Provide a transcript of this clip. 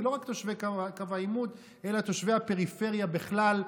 ולא רק תושבי קו העימות אלא תושבי הפריפריה בכלל,